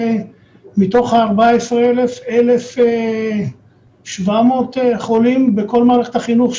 מתוך ה-14,000 יש 1,700 חולים בכל מערכת החינוך,